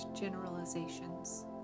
generalizations